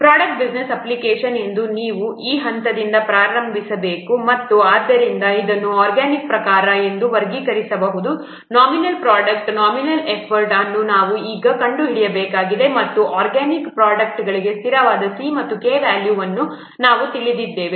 product business application ಎಂದು ನೀವು ಈ ಹಂತದಿಂದ ಪ್ರಾರಂಭಿಸಬೇಕು ಮತ್ತು ಆದ್ದರಿಂದ ಇದನ್ನು ಆರ್ಗ್ಯಾನಿಕ್ ಪ್ರಕಾರ ಎಂದು ವರ್ಗೀಕರಿಸಬಹುದು ನಾಮಿನಲ್ ಪ್ರೊಡಕ್ಟ್ ನಾಮಿನಲ್ ಎಫರ್ಟ್ ಅನ್ನು ನಾವು ಈಗ ಕಂಡುಹಿಡಿಯಬೇಕಾಗಿದೆ ಮತ್ತು ಆರ್ಗ್ಯಾನಿಕ್ ಪ್ರೊಡಕ್ಟ್ಗಳಿಗೆ ಸ್ಥಿರವಾದ c ಮತ್ತು k ವ್ಯಾಲ್ಯೂವನ್ನು ನಾವು ತಿಳಿದಿದ್ದೇವೆ